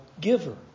giver